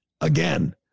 again